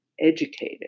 educated